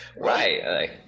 right